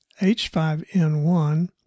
H5N1